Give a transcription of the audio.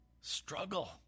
Struggle